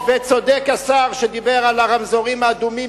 וצודק השר שדיבר על הרמזורים האדומים.